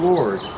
Lord